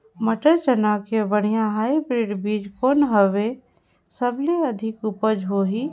मटर, चना के बढ़िया हाईब्रिड बीजा कौन हवय? सबले अधिक उपज होही?